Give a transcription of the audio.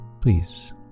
please